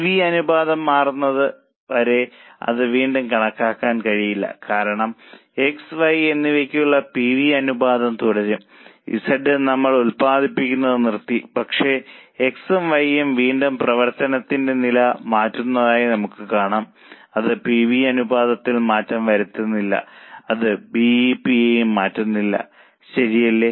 P V അനുപാതം മാറുന്നത് വരെ അത് വീണ്ടും കണക്കാക്കാൻ കഴിയില്ല കാരണം X Y എന്നിവയ്ക്കുള്ള പി വി അനുപാതം തുടരും Z നമ്മൾ ഉൽപ്പാദിപ്പിക്കുന്നത് നിർത്തി പക്ഷേ X ഉം Y ഉം വീണ്ടും പ്രവർത്തനത്തിന്റെ നില മാറ്റുന്നതായി നമുക്ക് കാണാം അത് പി വി അനുപാതത്തിൽ മാറ്റം വരുത്തുന്നില്ല അത് ബി ഇ പി യെയും മാറ്റുന്നില്ല ശരിയല്ലേ